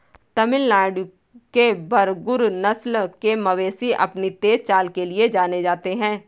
तमिलनाडु के बरगुर नस्ल के मवेशी अपनी तेज चाल के लिए जाने जाते हैं